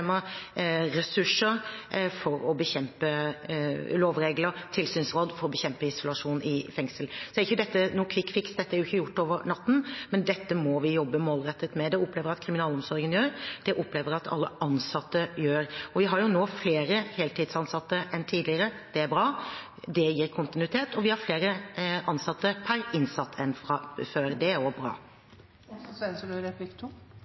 ressurser, lovregler og tilsynsvalg, for å bekjempe isolasjon i fengsler. Nå er ikke dette noe kvikkfiks, dette er ikke gjort over natten, men dette må vi jobbe målrettet med. Det opplever jeg at kriminalomsorgen gjør, det opplever jeg at alle ansatte gjør. Vi har nå flere heltidsansatte enn tidligere. Det er bra, det gir kontinuitet. Og vi har flere ansatte per innsatt enn før. Det er også bra. Det er av og til sånn at man kan lure på om vi lever i